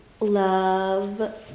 love